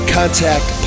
contact